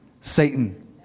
Satan